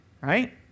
right